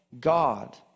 God